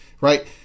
right